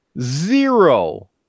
Zero